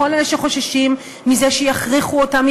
לכל אלה שחוששים מזה שיכריחו אותם,